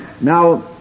Now